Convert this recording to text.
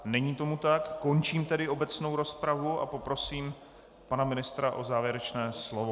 Není tomu tak, končím tedy obecnou rozpravu a poprosím pana ministra o závěrečné slovo.